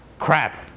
crap.